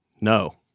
no